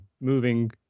moving